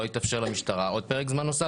לא יתאפשר למשטרה עוד פרק זמן נוסף.